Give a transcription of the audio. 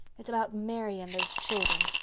it's about mary and those children.